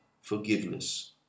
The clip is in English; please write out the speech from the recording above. forgiveness